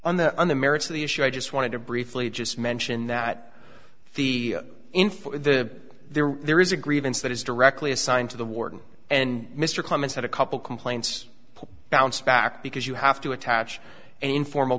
on the on the merits of the issue i just wanted to briefly just mention that the info the there there is a grievance that is directly assigned to the warden and mr clements had a couple complaints bounced back because you have to attach an informal